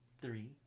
three